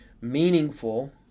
meaningful